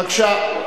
בבקשה,